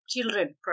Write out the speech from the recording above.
children